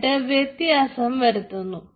എന്നിട്ട് വ്യത്യാസം വരുത്തുന്നു